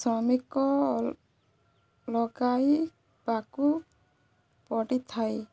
ଶ୍ରମିକ ଲଗାଇବାକୁ ପଡ଼ିଥାଏ